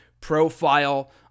profile